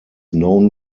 known